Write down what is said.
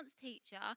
teacher